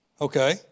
Okay